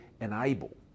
enable